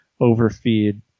overfeed